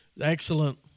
Excellent